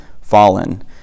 fallen